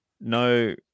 no